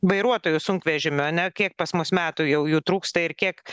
vairuotojų sunkvežimių ane kiek pas mus metų jau jų trūksta ir kiek